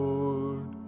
Lord